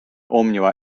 omniva